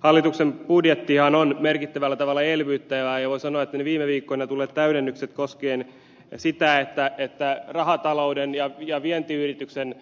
hallituksen budjettihan on merkittävällä tavalla elvyttävä ja voi sanoa että ne viime viikkoina tulleet täydennykset osoittavat että rahatalouden ja vientiyritysten